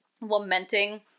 lamenting